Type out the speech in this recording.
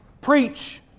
preach